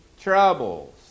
troubles